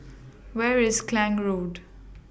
Where IS Klang Road